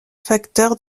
facteurs